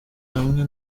hamwe